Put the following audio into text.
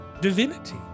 divinity